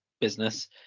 business